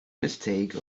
mistake